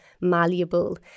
malleable